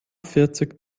vierzig